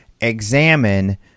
examine